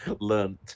learned